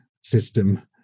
system